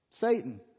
Satan